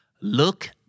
Look